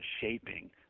shaping